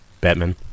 Batman